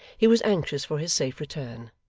he was anxious for his safe return,